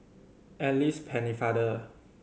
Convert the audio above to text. Alice Pennefather